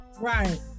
Right